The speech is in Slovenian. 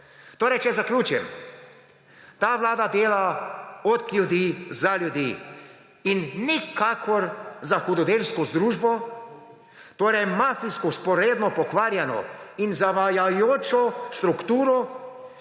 Če zaključim, ta vlada dela od ljudi za ljudi in nikakor za hudodelsko združbo, torej mafijsko, vzporedno, pokvarjeno in zavajajočo strukturo,